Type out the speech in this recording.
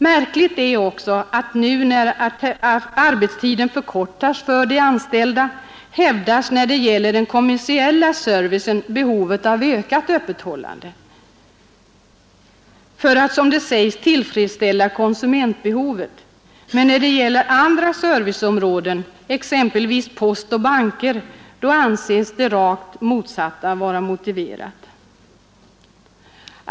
Märkligt är också att nu när arbetstiden förkortas för de anställda hävdas när det gäller den kommersiella servicen behovet av ökat öppethållande för att, som det sägs, tillfredsställa konsumentbehovet. När det gäller andra serviceområden, exempelvis post och banker, anses det rakt motsatta vara motiverat.